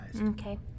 Okay